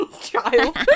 child